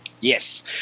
Yes